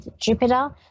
Jupiter